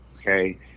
okay